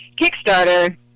Kickstarter